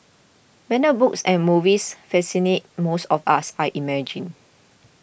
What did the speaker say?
banned books and movies fascinate most of us I imagine